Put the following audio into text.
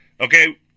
okay